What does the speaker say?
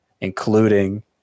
including